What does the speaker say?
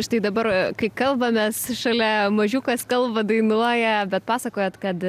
štai dabar kai kalbamės šalia mažiukas kalba dainuoja bet pasakojot kad